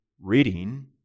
reading